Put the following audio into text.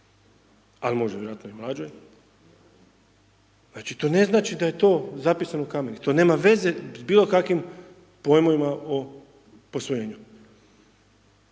ali možda vjerojatno i mlađoj. Znači, to ne znači da je to zapisano…/Govornik se ne razumije/…, to nema veze s bilo kakvim pojmovima o posvojenju.